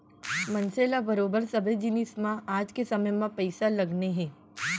मनसे ल बरोबर सबे जिनिस म आज के समे म पइसा लगने हे